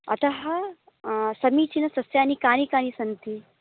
अतः समीचीनसस्यानि कानि कानि सन्ति